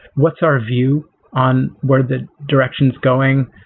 what's our view on where the direction is going,